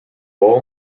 role